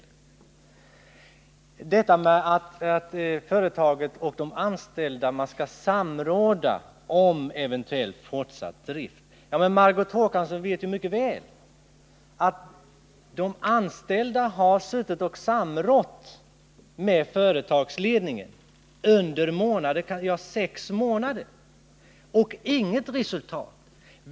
Och så detta med att företaget och de anställda skall samråda om eventuell fortsatt drift. Margot Håkansson vet att de anställda i sex månader har samrått med företagsledningen utan att uppnå något resultat.